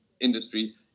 industry